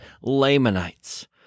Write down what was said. Lamanites